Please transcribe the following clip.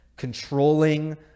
controlling